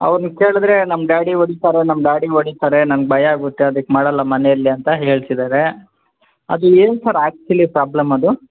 ಅವ್ರ್ನ ಕೇಳಿದರೆ ನಮ್ಮ ಡ್ಯಾಡಿ ಹೊಡಿತಾರೆ ನಮ್ಮ ಡ್ಯಾಡಿ ಹೊಡಿತಾರೆ ನಂಗೆ ಭಯಾಗುತ್ತೆ ಅದಿಕ್ಕೆ ಮಾಡಲ್ಲ ಮನೆಯಲ್ಲಿ ಅಂತ ಹೇಳ್ತಿದ್ದಾರೆ ಅದು ಏನು ಸರ್ ಆ್ಯಕ್ಚುಲಿ ಪ್ರಾಬ್ಲಮ್ ಅದು